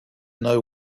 know